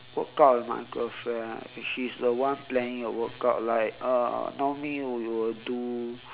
workout with my girlfriend she's the one planning the workout like uh normally we will do